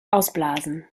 ausblasen